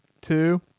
two